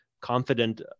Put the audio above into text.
confident